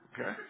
okay